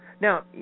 Now